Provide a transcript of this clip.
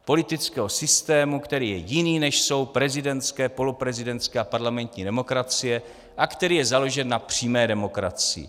Politického systému, který je jiný, než jsou prezidentské, poloprezidentské a parlamentní demokracie, a který je založen na přímé demokracii.